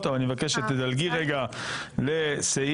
נבקש מפרופ' הרשקוביץ לשנות